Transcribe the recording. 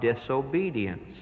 disobedience